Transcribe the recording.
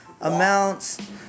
Amounts